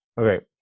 Okay